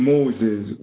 Moses